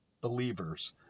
believers